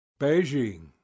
Beijing